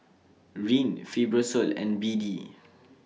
Rene Fibrosol and B D